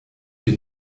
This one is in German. bin